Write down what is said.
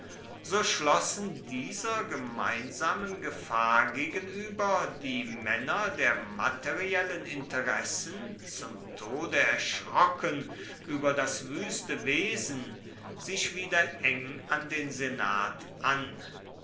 so schlossen dieser gemeinsamen gefahr gegenüber die männer der materiellen interessen zum tode erschrocken über das wüste wesen sich wieder eng an den senat an